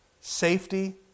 Safety